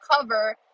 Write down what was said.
cover